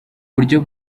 buryo